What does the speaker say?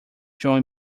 join